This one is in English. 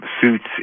suits